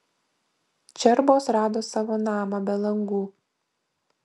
čerbos rado savo namą be langų